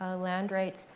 land rights,